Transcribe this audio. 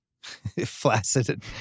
Flaccid